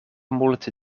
multe